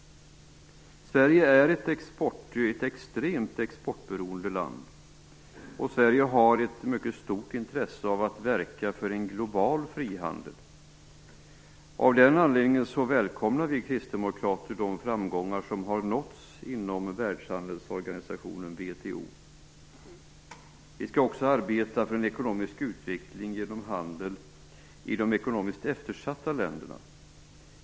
Sverige är ett extremt exportberoende land. Sverige har ett mycket stort intresse av att verka för en global frihandel. Av den anledningen välkomnar vi kristdemokrater de framgångar som har nåtts inom världshandelsorgansiationen VHO. Vi skall också arbeta för en ekonomisk utveckling genom handel i de ekonomiskt eftersatta länderna.